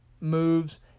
moves